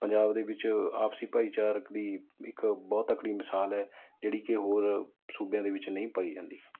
ਪੰਜਾਬ ਦੇ ਵਿੱਚ ਆਪਸੀ ਭਾਈਚਾਰਕ ਦੀ ਇੱਕ ਬਹੁਤ ਤਕੜੀ ਮਿਸਾਲ ਹੈ ਜਿਹੜੀ ਕਿ ਹੋਰ ਸੂਬਿਆਂ ਦੇ ਵਿੱਚ ਨਹੀਂ ਪਾਈ ਜਾਂਦੀ